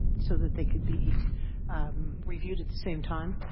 so that they could be reviewed at the same time,